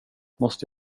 måste